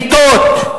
מיטות.